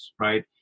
right